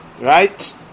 right